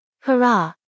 Hurrah